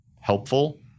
helpful